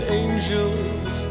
angels